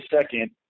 second